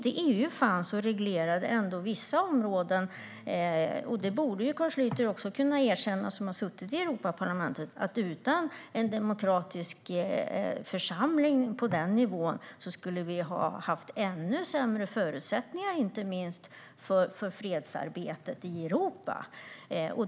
EU har ändå reglerat vissa områden, och det borde också Carl Schlyter kunna erkänna som har suttit i Europaparlamentet. Utan en demokratisk församling på den nivån skulle vi ha haft ännu sämre förutsättningar, inte minst för fredsarbetet i Europa.